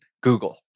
Google